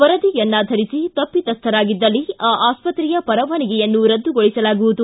ವರದಿಯನ್ನಾಧರಿಸಿ ತಪ್ಪಿತಸ್ಥರಾಗಿದ್ದಲ್ಲಿ ಆ ಆಸ್ಪತ್ರೆಯ ಪರವಾನಿಗೆಯನ್ನು ರದ್ದುಗೊಳಿಸಲಾಗುವುದು